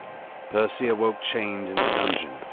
percy awoke chained in the dungeon,